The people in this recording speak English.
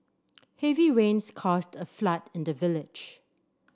heavy rains caused a flood in the village